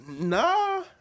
Nah